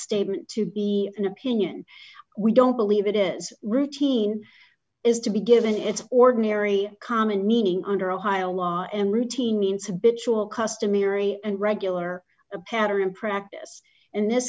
statement to be an opinion we don't believe it is routine is to be given it's ordinary common meaning under ohio law and routine means a bitch will customary and regular pattern practice in this